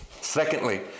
Secondly